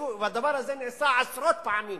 והדבר הזה נעשה עשרות פעמים